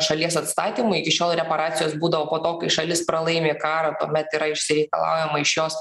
šalies atstatymui iki šiol reparacijos būdavo po to kai šalis pralaimi karą kuomet yra išsireikalaujama iš jos